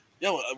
yo